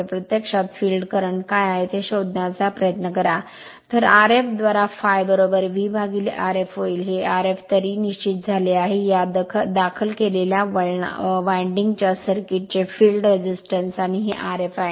तर प्रत्यक्षात field current काय आहे ते शोधण्याचा प्रयत्न करा तर Rf द्वारा ∅ VRf होईल हे Rf तरीही निश्चित झाले आहे या दाखल केलेल्या वळणा च्या सर्किट चे फील्ड रेझिस्टन्स आणि हे Rf आहे